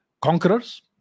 conquerors